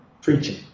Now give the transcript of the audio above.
preaching